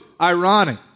ironic